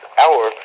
hour